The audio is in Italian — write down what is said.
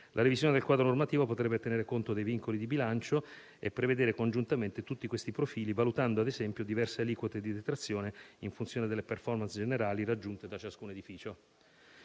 La revisione del quadro normativo potrebbe tenere conto dei vincoli di bilancio e prevedere congiuntamente tutti questi profili, valutando, ad esempio, diverse aliquote di detrazione in funzione delle *performance* generali raggiunte da ciascun edificio.